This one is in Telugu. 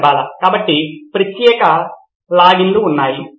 ప్రొఫెసర్ బాలా కాబట్టి ప్రత్యేక లాగిన్లు ఉన్నాయి